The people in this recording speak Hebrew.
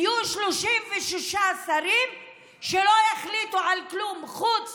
יהיו 36 שרים שלא יחליטו על כלום חוץ